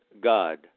God